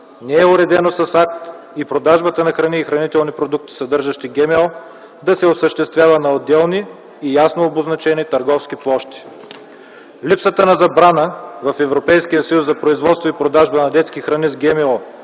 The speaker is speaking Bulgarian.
Не е уредено с акт и продажбата на храни и хранителни продукти, съдържащи ГМО да се осъществява на отделни и ясно обозначени търговски площи. Липсата на забрана в Европейския съюз за производство и продажба на детски храни с ГМО